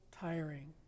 tiring